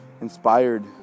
inspired